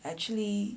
actually